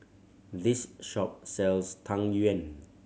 this shop sells Tang Yuen